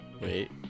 Wait